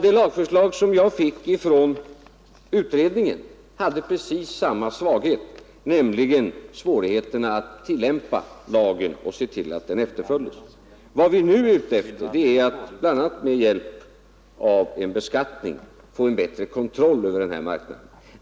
Det lagförslag som jag fick från utredningen hade precis samma svaghet, nämligen svårigheterna att tillämpa lagen och se till att den efterföljs. Vad vi nu är ute efter är att, bl.a. med hjälp av en beskattning, få bättre kontroll över den här marknaden.